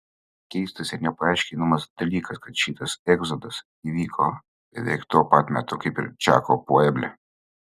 keistas ir nepaaiškinamas dalykas kad šitas egzodas įvyko beveik tuo pat metu kaip ir čako pueble